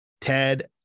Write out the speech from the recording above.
Ted